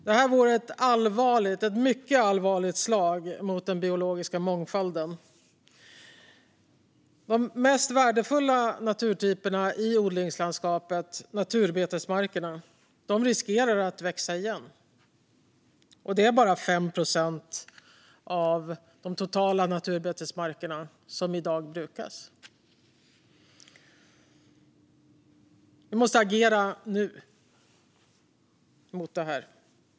Det vore ett mycket allvarligt slag mot den biologiska mångfalden. De mest värdefulla naturtyperna i odlingslandskapet, naturbetesmarkerna, riskerar att växa igen. Och det är bara 5 procent av de totala naturbetesmarkerna som brukas i dag. Vi måste agera mot det här nu.